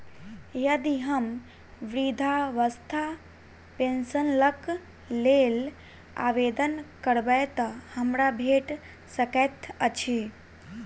यदि हम वृद्धावस्था पेंशनक लेल आवेदन करबै तऽ हमरा भेट सकैत अछि?